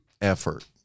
effort